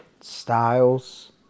styles